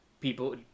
people